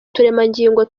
turemangingo